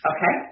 Okay